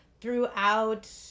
throughout